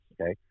Okay